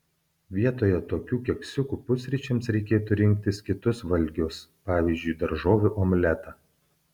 vietoje tokių keksiukų pusryčiams reikėtų rinktis kitus valgius pavyzdžiui daržovių omletą